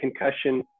concussion